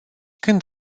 când